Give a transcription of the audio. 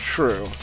True